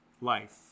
life